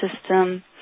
system